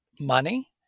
money